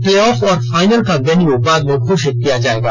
playoff और final का venue बाद में घोषित किया जाएगा